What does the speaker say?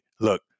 look